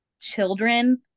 children